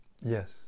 Yes